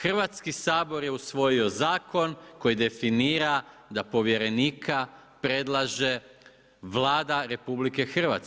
Hrvatski sabor je usvojio zakon koji definira da povjerenika predlaže Vlada RH.